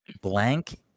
Blank